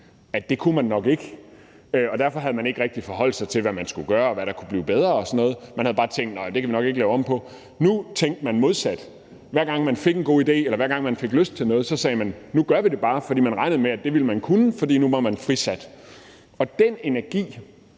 at det kunne man nok ikke. Derfor havde de ikke rigtig forholdt sig til, hvad man skulle gøre, hvad der kunne blive bedre og sådan noget. Man havde bare tænkt: Det kan vi nok ikke lave om på. Nu tænker man modsat. Hver gang man får en god idé, eller hver gang man får lyst til noget, siger man: Nu gør vi det bare. For man regner med, at det vil man kunne, fordi man nu er frisat. Den energi